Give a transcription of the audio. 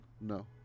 No